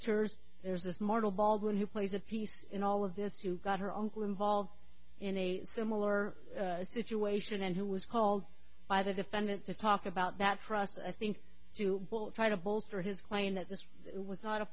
s there's this mortal baldwin who plays a piece in all of this too got her uncle involved in a similar situation and who was called by the defendant to talk about that process i think to try to bolster his claim that this was not a